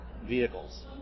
vehicles